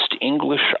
English